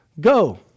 go